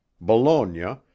Bologna